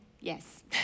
yes